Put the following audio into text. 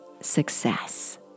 success